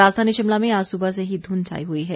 राजधानी शिमला में आज सुबह से ही धुंध छाई हुई है